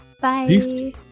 Bye